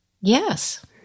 Yes